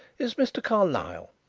is mr. carlyle,